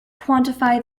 quantify